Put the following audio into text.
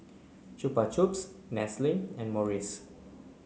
Chupa Chups Nestle and Morries